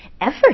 Effort